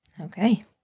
Okay